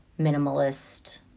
minimalist